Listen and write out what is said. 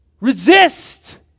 Resist